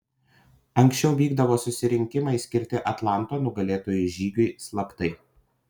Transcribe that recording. anksčiau vykdavo susirinkimai skirti atlanto nugalėtojų žygiui slaptai